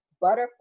Butterfly